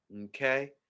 Okay